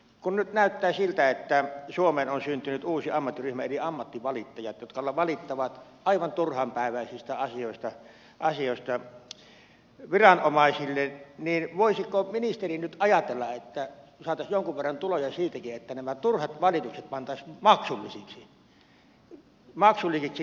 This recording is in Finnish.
kun nyt näyttää siltä että suomeen on syntynyt uusi ammattiryhmä eli ammattivalittajat jotka valittavat aivan turhanpäiväisistä asioista viranomaisille niin voisiko ministeri nyt ajatella että saataisiin jonkun verran tuloja siitäkin että nämä turhat valitukset pantaisiin maksullisiksi